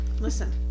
Listen